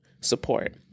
support